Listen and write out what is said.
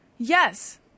Yes